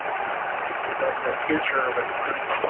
you know the future of an economy.